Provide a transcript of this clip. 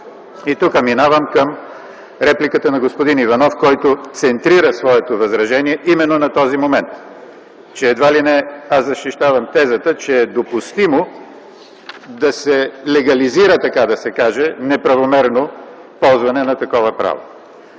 Тук минавам към репликата на господин Иванов, който центрира своето възражение именно на този момент – че едва ли не аз защитавам тезата, че е допустимо да се легализира неправомерно ползване на такова право.